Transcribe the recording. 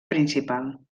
principal